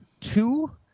two